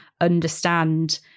understand